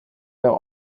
der